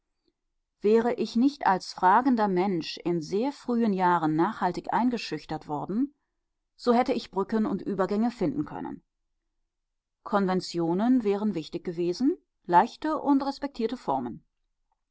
wäre ich nicht als fragender mensch in sehr frühen jahren nachhaltig eingeschüchtert worden so hätte ich brücken und übergänge finden können konventionen wären wichtig gewesen leichte und respektierte formen